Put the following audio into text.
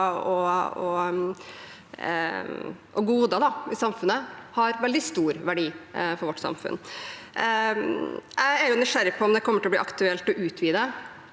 og goder i samfunnet – har veldig stor verdi for vårt samfunn. Jeg er nysgjerrig på om det kommer til å bli aktuelt å utvide